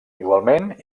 igualment